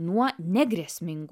nuo negrėsmingų